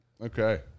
Okay